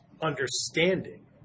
understanding